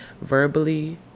verbally